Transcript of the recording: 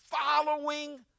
following